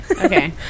Okay